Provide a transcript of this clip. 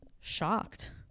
shocked